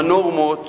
הנורמות